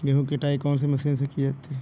गेहूँ की कटाई कौनसी मशीन से की जाती है?